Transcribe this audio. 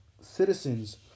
citizens